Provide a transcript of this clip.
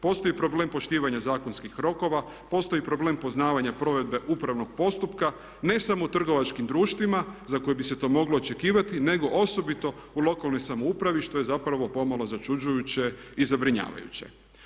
Postoji problem poštivanja zakonskih rokova, postoji problem poznavanja provedbe upravnog postupka ne samo u trgovačkim društvima za koje bi se to moglo očekivati nego osobito u lokalnoj samoupravi što je zapravo pomalo začuđujuće i zabrinjavajuće.